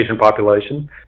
population